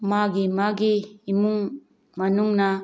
ꯃꯥꯒꯤ ꯃꯥꯒꯤ ꯏꯃꯨꯡ ꯃꯅꯨꯡꯅ